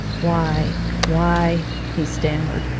why why he stammered,